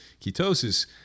ketosis